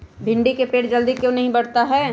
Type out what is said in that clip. भिंडी का पेड़ जल्दी क्यों नहीं बढ़ता हैं?